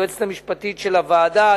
היועצת המשפטית של הוועדה,